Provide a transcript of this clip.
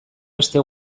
beste